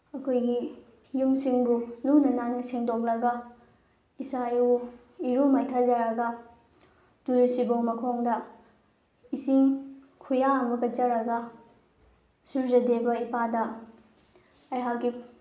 ꯑꯩꯈꯣꯏꯒꯤ ꯌꯨꯝꯁꯤꯡꯕꯨ ꯂꯨꯅ ꯅꯥꯟꯅ ꯁꯦꯡꯗꯣꯛꯂꯒ ꯏꯁꯥ ꯏꯔꯨ ꯏꯔꯨ ꯃꯥꯏꯊꯖꯔꯒ ꯇꯨꯜꯁꯤꯕꯣꯡ ꯃꯈꯣꯡꯗ ꯏꯁꯤꯡ ꯈꯨꯌꯥ ꯑꯃ ꯀꯠꯆꯔꯒ ꯁꯨꯔꯖꯗꯦꯕ ꯏꯄꯥꯗ ꯑꯩꯍꯥꯛꯀꯤ